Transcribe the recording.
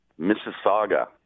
Mississauga